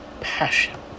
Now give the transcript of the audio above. passion